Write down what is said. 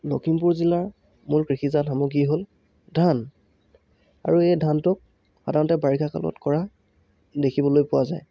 লখিমপুৰ জিলাৰ মূল কৃষিজাত সামগ্ৰী হ'ল ধান আৰু এই ধানটোক সাধাৰণতে বাৰিষা কালত কৰা দেখিবলৈ পোৱা যায়